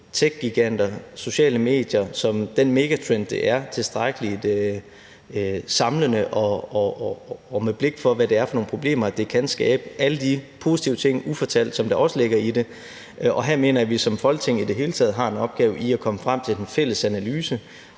techgiganter og sociale medier som den megatrend, det er, tilstrækkeligt samlende og med blik for, hvad det er for nogle problemer, det kan skabe – alle de positive ting ufortalt, som der også ligger i det? Her mener jeg, at vi som Folketing i det hele taget har en opgave i at komme frem til den fælles analyse.